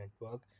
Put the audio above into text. network